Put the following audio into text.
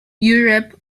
europe